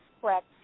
correct